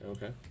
Okay